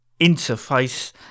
interface